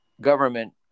government